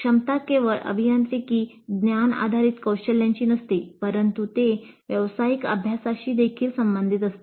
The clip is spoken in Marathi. क्षमता केवळ अभियांत्रिकी ज्ञान आधारित कौशल्यांची नसते परंतु ते व्यावसायिक अभ्यासाशी देखील संबंधित असते